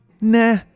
Nah